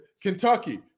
Kentucky